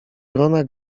wrona